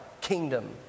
kingdom